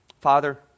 Father